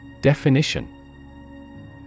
Definition